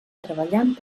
treballant